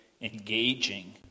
engaging